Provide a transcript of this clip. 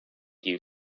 you